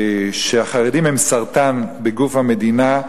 שהחרדים הם סרטן בגוף המדינה,